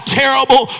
terrible